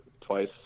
twice